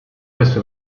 queste